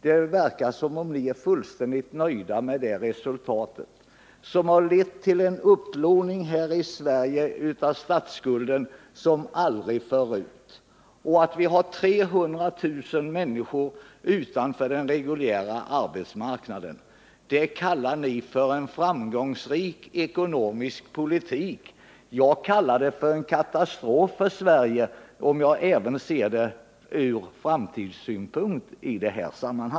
Det verkar som om ni är fullständigt nöjda med resultatet av er politik, som har lett till en så stor upplåning att Sveriges statsskuld är större än någonsin förut. Vidare har vi 300 000 människor utanför den reguljära arbetsmarknaden. — Och det kallar ni en framgångsrik ekonomisk politik. Jag kallar det för en katastrof för Sverige — om jag ser det hela även ur framtidssynpunkt.